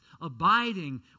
abiding